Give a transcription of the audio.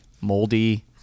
moldy